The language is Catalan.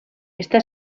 està